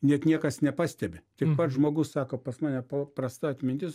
net niekas nepastebi tik pats žmogus sako pas mane paprasta atmintis